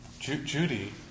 Judy